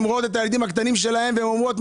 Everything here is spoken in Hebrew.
הן רואות את הילדים הקטנים שלהן והן אומרות,